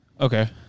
Okay